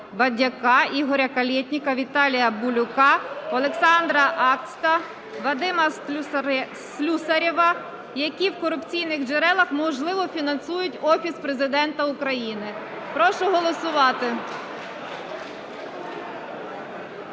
Бадяка, Ігора Калєтніка, Віталія Булюка, Олександра Акста, Вадима Слюсарєва, які з корупційних джерел можливо фінансують Офіс Президента України. Прошу голосувати.